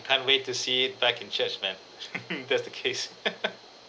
can't wait to see it back in church ma'am that's the case